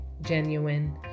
genuine